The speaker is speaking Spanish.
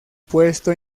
puesto